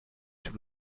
sous